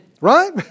Right